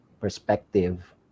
perspective